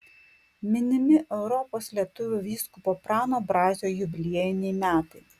minimi europos lietuvių vyskupo prano brazio jubiliejiniai metai